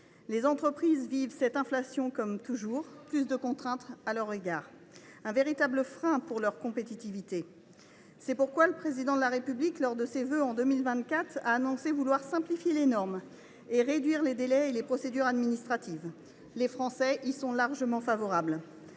Les entreprises vivent cette inflation comme une somme toujours plus grande de contraintes qu’on leur impose, comme un véritable frein pour leur compétitivité. C’est pourquoi le Président de la République, lors de ses vœux pour l’année 2024, a annoncé vouloir simplifier les normes et réduire les délais et les procédures administratives. Les Français y sont largement favorables.